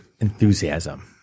enthusiasm